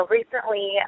recently